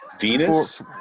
venus